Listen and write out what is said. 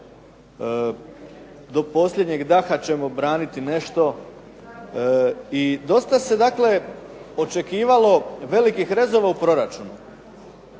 do posljednjeg daha ćemo braniti nešto i dosta se dakle očekivalo velikih rezova u proračunu.